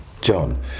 John